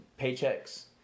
paychecks